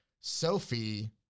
Sophie